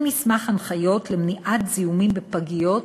מסמך הנחיות למניעת זיהומים בפגיות,